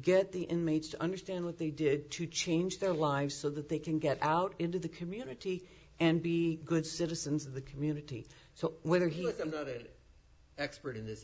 get the inmates to understand what they did to change their lives so that they can get out into the community and be good citizens of the community so whether he